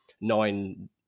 nine